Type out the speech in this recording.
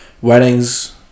weddings